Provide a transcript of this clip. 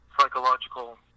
psychological